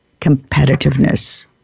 competitiveness